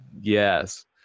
yes